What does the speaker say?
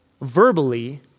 verbally